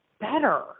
better